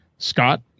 Scott